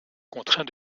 contraint